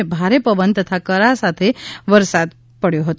અને ભારે પવન તથા કરા સાથે વરસાદ પડયો હતો